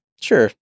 Sure